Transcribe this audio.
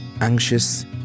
anxious